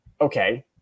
Okay